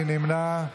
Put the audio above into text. מי נמנע?